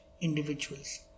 individuals